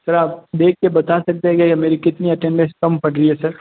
sir आप देख के बता सकते है क्या मेरी कितनी अटेन्डन्स कम पड़ रही है सर